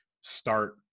start